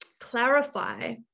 clarify